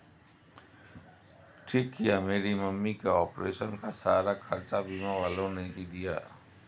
ठीक किया मेरी मम्मी का ऑपरेशन का सारा खर्चा बीमा वालों ने ही दिया